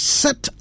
set